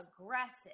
aggressive